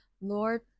Lord